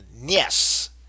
yes